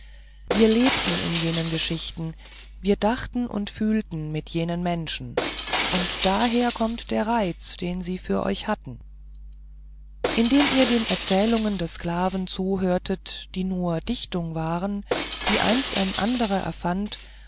wir lebten in jenen geschichten wir dachten und fühlten mit jenen menschen und daher kommt der reiz den sie für euch hatten indem ihr den erzählungen des sklaven zuhörtet die nur dichtungen waren die einst ein anderer erfand